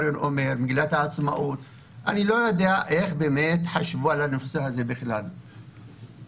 יודע איך חשבו על הנושא הזה של חוק הלאום,